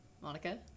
monica